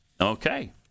Okay